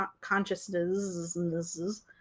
consciousnesses